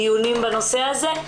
דיונים בנושא הזה.